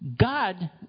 God